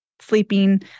sleeping